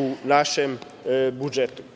u našem budžetu.